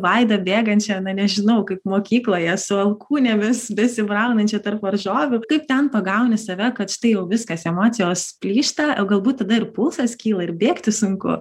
vaida bėgančią na nežinau kaip mokykloje su alkūnėmis besibraunančią tarp varžovių kaip ten pagauni save kad tai jau viskas emocijos plyšta o galbūt tada ir pulsas kyla ir bėgti sunku